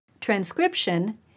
Transcription